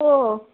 हो